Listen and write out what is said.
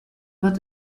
wird